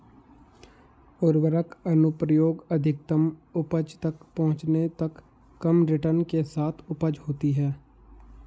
उर्वरक अनुप्रयोग अधिकतम उपज तक पहुंचने तक कम रिटर्न के साथ उपज होती है